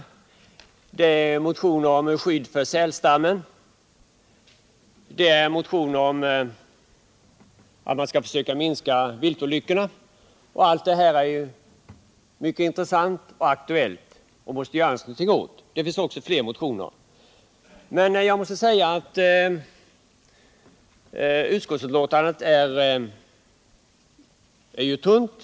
Vidare rör det sig om en motion om skydd för sälstammen och om en motion om att man bör försöka minska antalet viltolyckor. Det finns också fler motioner. Allt det här är ju mycket intressant och aktuellt, och någonting måste göras. Jag måste nog säga att utskottsbetänkandet är tunt.